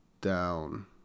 down